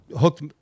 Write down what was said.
hooked